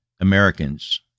Americans